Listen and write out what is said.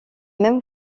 même